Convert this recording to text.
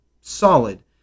solid